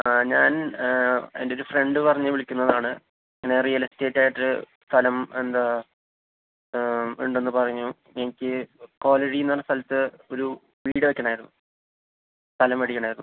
ആ ഞാൻ എൻ്റെയൊരു ഫ്രണ്ട് പറഞ്ഞ് വിളിക്കുന്നതാണ് ഇങ്ങനെ റിയൽ എസ്റ്റേറ്റ് ആയിട്ട് സ്ഥലം എന്താ ഉണ്ടെന്ന് പറഞ്ഞു എനിക്ക് കൊലെഡീന്ന് പറഞ്ഞ സ്ഥലത്ത് ഒരു വീട് വെയ്ക്കണായിരുന്നു സ്ഥലം മേടിക്കാനായിരുന്നു